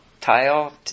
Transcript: Tile